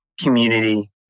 community